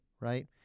right